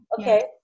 Okay